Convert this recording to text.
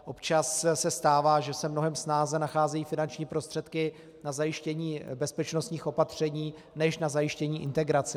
Občas se stává, že se mnohem snáze nacházejí finanční prostředky na zajištění bezpečnostních opatření než na zajištění integrace.